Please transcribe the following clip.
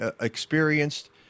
experienced